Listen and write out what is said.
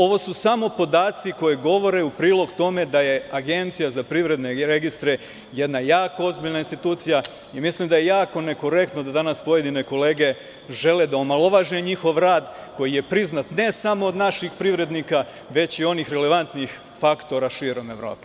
Ovo su samo podaci koji govore u prilog tome da je Agencija za privredne registre jedna jako ozbiljna institucija i mislim da je jako nekorektno da danas pojedine kolege žele da omalovaže njihov rad, koji je priznat ne samo od naših privrednika, već i od onih relevantnih faktora širom Evrope.